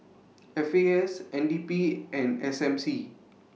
F A S N D P and S M C